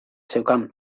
zeukan